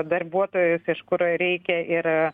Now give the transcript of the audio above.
darbuotojus iš kur reikia ir